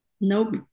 Nope